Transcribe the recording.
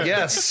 Yes